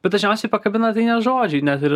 bet dažniausiai pakabina tai ne žodžiai net ir